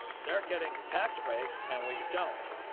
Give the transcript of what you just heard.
they're getting tax breaks and we don't.